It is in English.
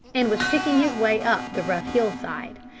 and was picking his way up the rough hill-side.